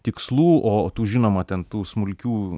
tikslų o tų žinoma ten tų smulkių